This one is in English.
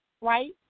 right